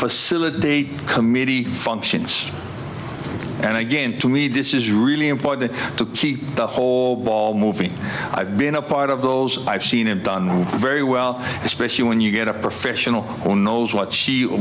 facilitate the committee functions and again to me this is really important to keep the whole ball moving i've been a part of those i've seen and done very well especially when you get a professional on knows what she